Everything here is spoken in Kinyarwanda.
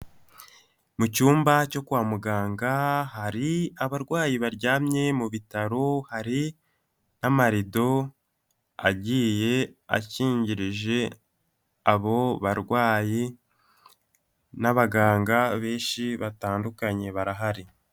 Mu cyumba cyo kwa muganga hari abarwayi baryamye mu bitaro, hari n'amarido agiye akingirije abo barwayi n'abaganga benshi batandukanye barahari.